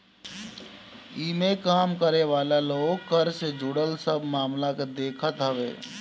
इमें काम करे वाला लोग कर से जुड़ल सब मामला के देखत हवे